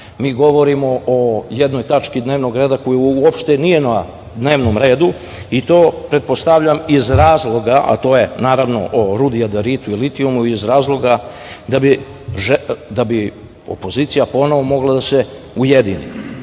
mi govorimo o jednoj tački dnevnog reda koja uopšte nije na dnevnom redu i to pretpostavljam iz razloga, a to je, naravno, o rudi jadarita i litijumu iz razloga da bi opozicija ponovo mogla da se ujedini.Zašto